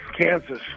Kansas